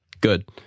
Good